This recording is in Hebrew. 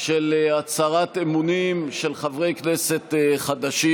של הצהרת אמונים של חברי כנסת חדשים.